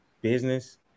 business